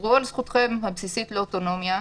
תוותרו על זכותכם הבסיסית לאוטונומיה,